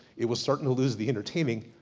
it was starting to loose the entertaining,